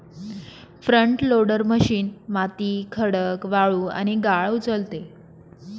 front loader machine माती, खडक, वाळू आणि गाळ उचलते